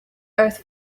earth